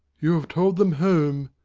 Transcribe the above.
you have told them home,